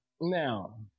Now